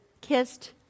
kissed